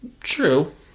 True